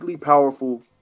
powerful